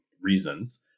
reasons